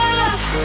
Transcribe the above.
love